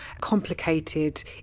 complicated